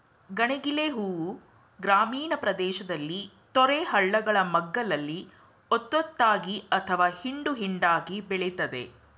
ಗಣಗಿಲೆ ಹೂ ಗ್ರಾಮೀಣ ಪ್ರದೇಶದಲ್ಲಿ ತೊರೆ ಹಳ್ಳಗಳ ಮಗ್ಗುಲಲ್ಲಿ ಒತ್ತೊತ್ತಾಗಿ ಅಥವಾ ಹಿಂಡು ಹಿಂಡಾಗಿ ಬೆಳಿತದೆ